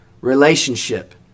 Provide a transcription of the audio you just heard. relationship